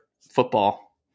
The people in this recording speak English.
football